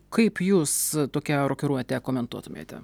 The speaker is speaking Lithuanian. kaip jūs tokią rokiruotę komentuotumėte